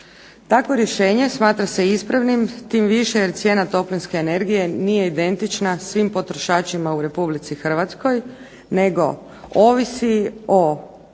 Takvo rješenje smatra se ispravnim, tim više jer cijena toplinske energije nije identična svim potrošačima u Republici Hrvatskoj, nego ovisi o